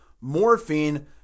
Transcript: morphine